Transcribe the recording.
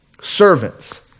Servants